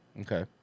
Okay